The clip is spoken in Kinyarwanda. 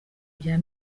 ibya